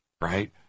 right